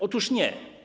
Otóż nie.